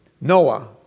Noah